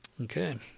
Okay